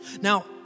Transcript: Now